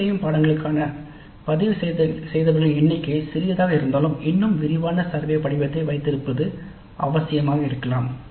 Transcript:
தேர்ந்தெடுக்கப்பட்ட பாடநெறிக்கான பதிவுசெய்தவர்களின் எண்ணிக்கை சிறியதாக இருந்தால் இன்னும் விரிவான சர்வே படிவத்தை வைத்திருப்பது அவசியமாக இருக்கலாம்